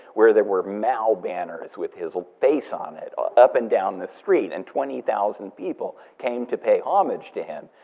where there were mal banners with his face on it up and down the street, and twenty thousand people came to pay homage to him.